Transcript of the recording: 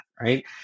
right